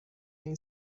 این